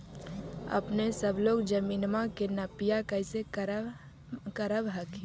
अपने सब लोग जमीनमा के नपीया कैसे करब हखिन?